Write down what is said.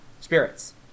spirits